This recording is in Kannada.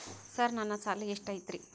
ಸರ್ ನನ್ನ ಸಾಲಾ ಎಷ್ಟು ಐತ್ರಿ?